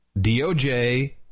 DOJ